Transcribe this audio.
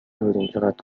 بودیم، چقد